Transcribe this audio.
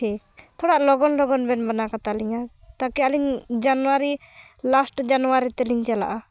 ᱴᱷᱤᱠ ᱛᱷᱚᱲᱟ ᱞᱚᱜᱚᱱ ᱞᱚᱜᱚᱱ ᱵᱮᱱ ᱢᱟᱱᱟᱣ ᱠᱟᱛᱟ ᱞᱤᱧᱟᱹ ᱛᱟᱠᱤ ᱟᱹᱞᱤᱧ ᱡᱟᱱᱩᱣᱟᱨᱤ ᱞᱟᱥᱴ ᱡᱟᱱᱩᱣᱟᱨᱤ ᱛᱤᱞᱤᱧ ᱪᱟᱞᱟᱜᱼᱟ